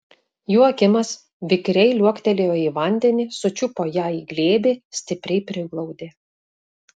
joakimas vikriai liuoktelėjo į vandenį sučiupo ją į glėbį stipriai priglaudė